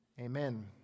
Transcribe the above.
Amen